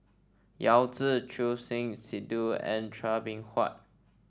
Yao Zi Choor Singh Sidhu and Chua Beng Huat